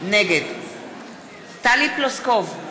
נגד טלי פלוסקוב,